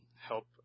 help